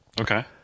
Okay